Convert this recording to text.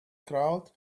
crowd